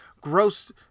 gross